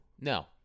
No